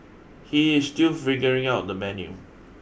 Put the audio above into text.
he is still figuring out the menu